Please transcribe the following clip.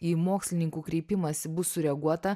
į mokslininkų kreipimąsi bus sureaguota